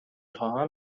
خواهم